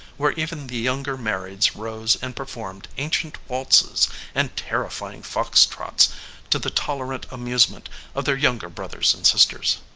where even the younger marrieds rose and performed ancient waltzes and terrifying fox trots to the tolerant amusement of their younger brothers and sisters.